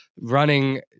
running